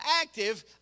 active